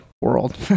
world